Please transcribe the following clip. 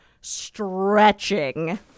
stretching